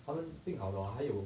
他们病好了 hor 还有